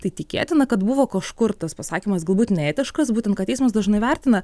tai tikėtina kad buvo kažkur tas pasakymas galbūt neetiškas būtent kad teismas dažnai vertina